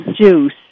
juice